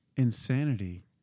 insanity